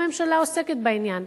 הממשלה עוסקת בעניין,